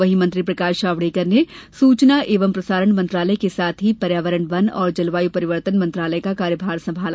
वहीं मंत्री प्रकाश जावड़ेकर ने सूचना एवं प्रसारण मंत्रालय के साथ ही पर्यावरण वन और जलवायु परिवर्तन मंत्रालय का कार्यभार संभाला